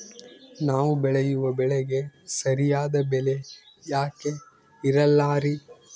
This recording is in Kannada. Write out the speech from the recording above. ನಾವು ಬೆಳೆಯುವ ಬೆಳೆಗೆ ಸರಿಯಾದ ಬೆಲೆ ಯಾಕೆ ಇರಲ್ಲಾರಿ?